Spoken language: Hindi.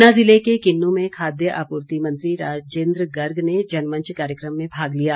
ऊना ज़िले के किन्नू में खाद्य आपूर्ति मंत्री राजेन्द्र गर्ग ने जनमंच कार्यक्रम में भाग लिया